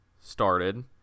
started